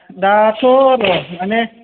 दाथ' दे मानि